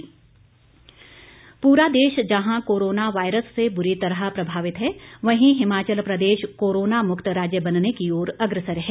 corona update पूरा देश जहां कोरोना वायरस से बुरी तरह प्रभावित हैं वहीं हिमाचल प्रदेश कोरोना मुक्त राज्य बनने की ओर अग्रसर है